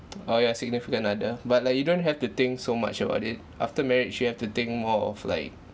or your significant other but like you don't have to think so much about it after marriage you have to think more of like